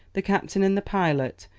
the captain and the pilot,